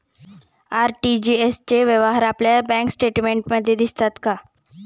RTGS चे व्यवहार आपल्या बँक स्टेटमेंटमध्ये दिसतात का?